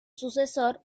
sucesor